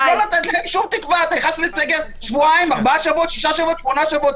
שחורה לדמוקרטיה, ואתה צובע את זה בשחור עוד יותר.